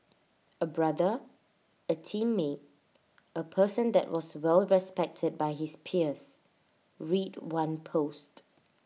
A brother A teammate A person that was well respected by his peers read one post